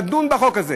לדון בחוק הזה?